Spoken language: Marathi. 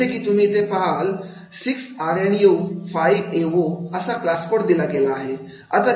जसे की तुम्ही इथे पहा 6rnu5aO हा क्लास कोड इथे दिला गेला आहे